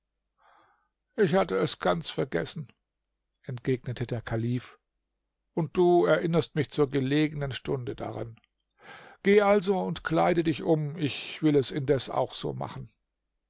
ich hatte es ganz vergessen entgegnete der kalif und du erinnerst mich zur gelegenen stunde daran geh also und kleide dich um ich will es indes auch so machen